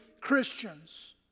Christians